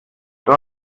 des